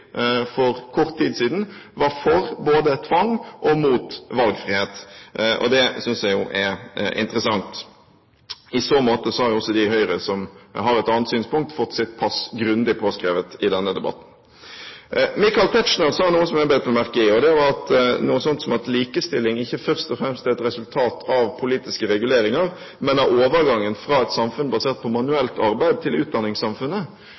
for kort tid siden var både for tvang og mot valgfrihet. Det synes jeg er interessant. I så måte har også de i Høyre som har et annet synspunkt, fått sitt pass grundig påskrevet i denne debatten. Michael Tetzschner sa noe som jeg bet meg merke i. Det var noe sånt som at likestilling ikke først og fremst er et resultat av politiske reguleringer, men det er overgangen fra et samfunn basert på manuelt arbeid til utdanningssamfunnet.